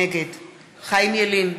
נגד חיים ילין,